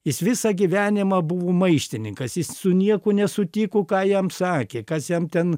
jis visą gyvenimą buvo maištininkas jis su niekuo nesutiko ką jam sakė kas jam ten